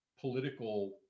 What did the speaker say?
political